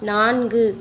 நான்கு